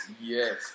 Yes